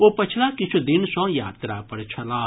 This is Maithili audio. ओ पछिला किछ् दिन सँ यात्रा पर छलाह